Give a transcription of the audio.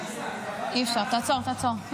אי-אפשר, תעצור, תעצור.